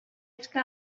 pesca